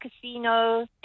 Casino